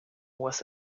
was